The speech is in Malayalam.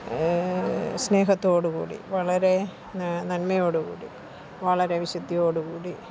സ്നേഹത്തോടുകൂടി വളരെ നന്മയോടുകൂടി വളരെ വിശുദ്ധിയോടുകൂടി